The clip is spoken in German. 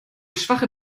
schwache